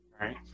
Right